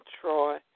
Troy